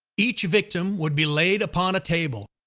each victim would be laid upon a table,